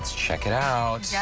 check it out. yeah